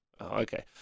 Okay